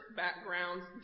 backgrounds